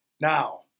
Now